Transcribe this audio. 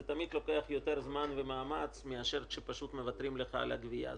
זה תמיד לוקח יותר זמן ומאמץ מאשר פשוט מוותרים לך על הגבייה.